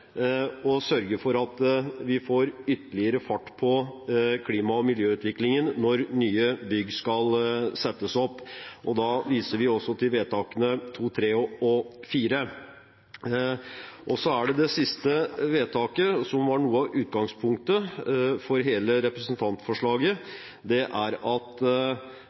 og sørge for at vi får ytterligere fart på klima- og miljøutviklingen når nye bygg skal settes opp. Da viser vi til vedtakene II, III og IV. Det siste vedtaket var noe av utgangspunktet for hele representantforslaget. Det er at